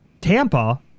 Tampa